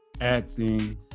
acting